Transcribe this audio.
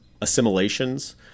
assimilations